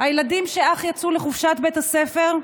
הילדים שאך יצאו לחופשת בית הספר,